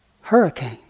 hurricane